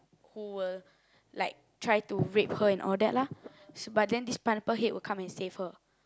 who will like try to rape her and all that lah but then this Pineapple Head will come and save her